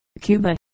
Cuba